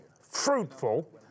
fruitful